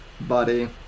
buddy